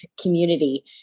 community